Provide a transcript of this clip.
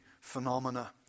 phenomena